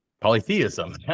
polytheism